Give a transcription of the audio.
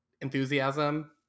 enthusiasm